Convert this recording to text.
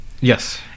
Yes